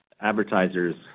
advertisers